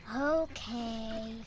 Okay